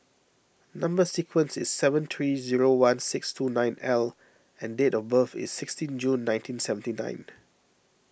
Number Sequence is seven three zero one six two nine L and date of birth is sixteen June nineteen seventy nine